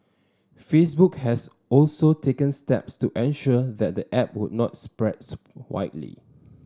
Facebook has also taken steps to ensure that the app would not spreads widely